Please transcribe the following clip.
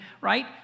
right